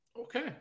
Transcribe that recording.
Okay